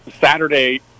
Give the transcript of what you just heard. saturday